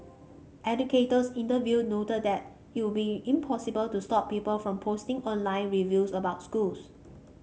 educators interviewed noted that it would be impossible to stop people from posting online reviews about schools